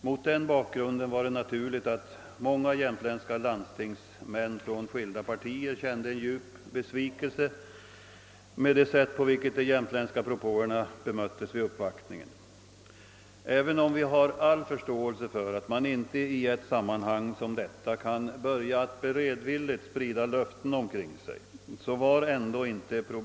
Mot den bakgrunden var det naturligt att många jämtländska landstingsmän från skilda partier kände en djup besvikelse över det sätt på vilket de jämtländska propåerna bemöttes vid uppvaktningen. Vi har all förståelse för att man i ett sammanhang som detta inte kan börja att beredvilligt sprida löften omkring sig, men problematiken var ändå inte ny.